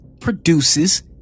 produces